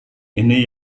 ini